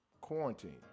quarantine